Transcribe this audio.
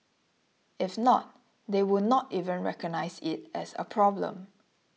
if not they would not even recognise it as a problem